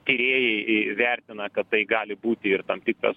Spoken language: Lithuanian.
tyrėjai i vertina kad tai gali būti ir tam tikras